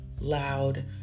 loud